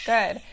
Good